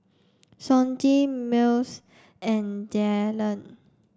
Sonji Mills and Dyllan